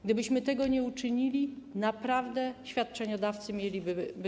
Gdybyśmy tego nie uczynili, naprawdę świadczeniodawcy mieliby problem.